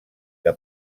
que